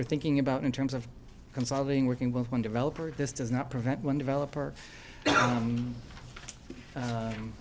are thinking about in terms of consolidating working with one developer this does not prevent one developer